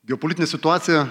geopolitinė situacija